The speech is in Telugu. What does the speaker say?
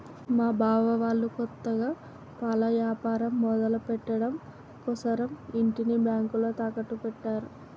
మా బావ వాళ్ళు కొత్తగా పాల యాపారం మొదలుపెట్టడం కోసరం ఇంటిని బ్యేంకులో తాకట్టు పెట్టారు